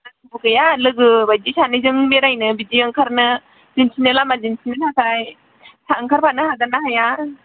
time बो गैया लोगो बायदि सानैजों बेरायनो बिदि ओंखारनो मिन्थिनाय लामा दिन्थिनो थाखाय ओंखारफानो हागोन ना हाया